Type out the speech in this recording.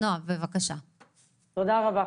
תודה רבה.